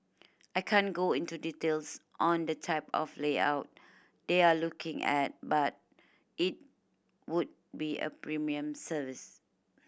I can't go into details on the type of layout they're looking at but it would be a premium service